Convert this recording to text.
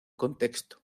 contexto